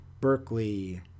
Berkeley